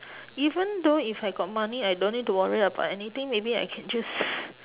even though if I got money I don't need to worry about anything maybe I can just